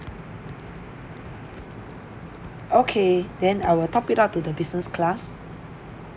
okay then I will top it up to the business class